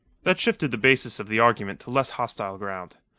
that shifted the basis of the argument to less hostile ground.